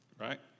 Right